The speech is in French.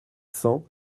cent